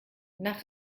nach